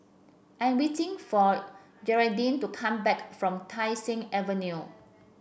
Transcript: I am waiting for Gearldine to come back from Tai Seng Avenue